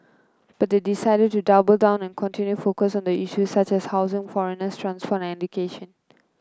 but they decided to double down and continue focus on the issues such as housing foreigners transport and education